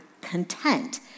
content